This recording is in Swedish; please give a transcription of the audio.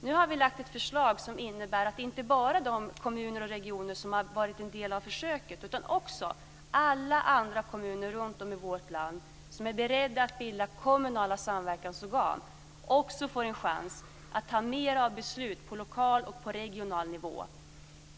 Nu har vi lagt fram ett förslag som innebär att inte bara de kommuner och regioner som har varit en del av försöket utan också alla andra kommuner runtom i vårt land som är beredda att bilda kommunala samverkansorgan också får en chans att fatta mera av beslut på lokal och regional nivå.